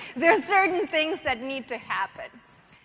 there are certain things that need to happen.